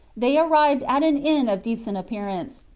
they arrived at an inn of decent appearance,